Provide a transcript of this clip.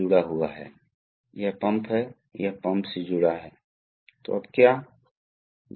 दूसरी ओर motor pump का समकक्ष है मोटर दबाव के तहत द्रव प्राप्त करता है और लोड के खिलाफ गति बनाता है